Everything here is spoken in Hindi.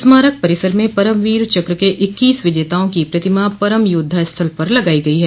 स्मारक परिसर में परमवीर चक्र के इक्कोस विजेताओं की प्रतिमा परम योद्वा स्थल पर लगाई गई हैं